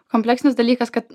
kompleksinis dalykas kad